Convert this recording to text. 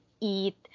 eat